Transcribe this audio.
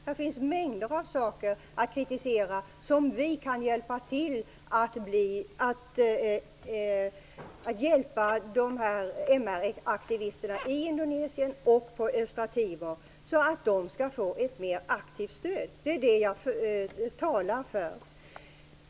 Här finns mängder av saker att kritisera, och vi kan hjälpa MR-aktivisterna i Indonesien och på Östra Timor så att de får ett mer aktivt stöd. Det är det jag talar för.